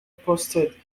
posted